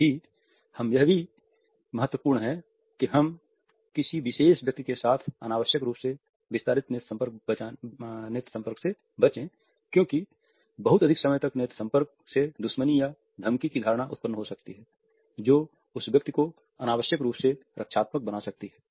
साथ ही यह भी महत्वपूर्ण है कि हम किसी विशेष व्यक्ति के साथ अनावश्यक रूप से विस्तारित नेत्र संपर्क से बचें क्योंकि बहुत अधिक समय तक नेत्र संपर्क से दुश्मनी या धमकी की धारणा उत्पन्न हो सकती है जो उस व्यक्ति को अनावश्यक रूप से रक्षात्मक बना सकती है